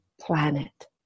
planet